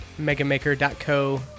megamaker.co